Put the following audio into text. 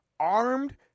armed